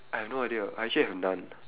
I've no idea I actually have none